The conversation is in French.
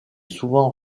souvent